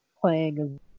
playing